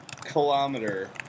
kilometer